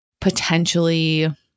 potentially